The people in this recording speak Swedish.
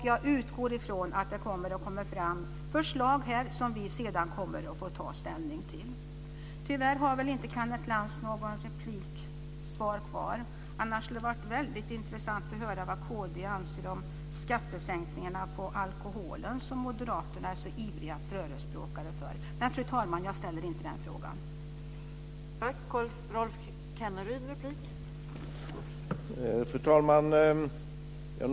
Jag utgår från att det kommer fram förslag som vi sedan får ta ställning till här. Tyvärr har inte Kenneth Lantz någon replik kvar; annars skulle det ha varit väldigt intressant att höra vad kd anser om skattesänkningarna på alkohol, som Moderaterna är så ivriga förespråkare för. Men jag ställer inte den frågan, fru talman.